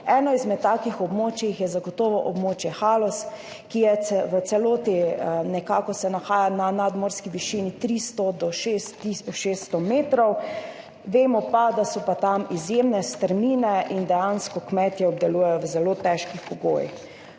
Eno izmed takih območij je zagotovo območje Haloz, ki se v celoti nahaja na nadmorski višini od 300 do 600 metrov, vemo pa, da so tam izjemne strmine in dejansko kmetje obdelujejo v zelo težkih pogojih.